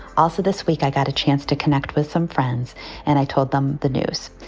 also this week, i got a chance to connect with some friends and i told them the news.